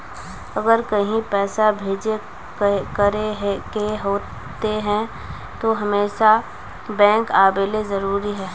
अगर कहीं पैसा भेजे करे के होते है तो हमेशा बैंक आबेले जरूरी है?